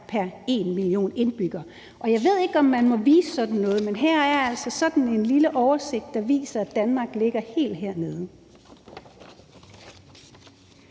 pr. 1 million indbyggere. Jeg ved ikke, om man må vise sådan noget, men her er altså sådan en lille oversigt, der viser, at Danmark ligger helt hernede.